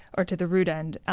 or to the root end,